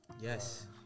yes